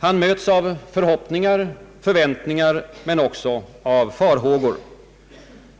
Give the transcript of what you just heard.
Han möts av förhoppningar, förväntningar men också av farhågor.